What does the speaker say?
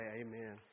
Amen